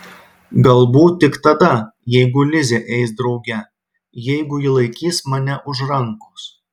galbūt tik tada jeigu lizė eis drauge jeigu ji laikys mane už rankos